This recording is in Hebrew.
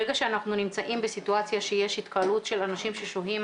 ברגע שאנחנו נמצאים בסיטואציה שיש התקהלות של אנשים ששוהים